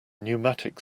pneumatic